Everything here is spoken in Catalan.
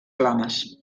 flames